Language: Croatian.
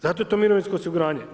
Zato je to mirovinsko osiguranje.